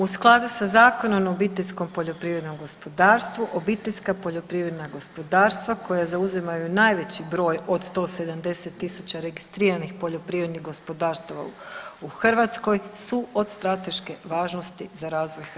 U skladu sa Zakonom o obiteljskom poljoprivrednom gospodarstvu, obiteljska poljoprivredna gospodarstva koja zauzimaju najveći broj od 170.000 registriranih poljoprivrednih gospodarstava u Hrvatskoj su od strateške važnosti za razvoj hrvatske poljoprivrede.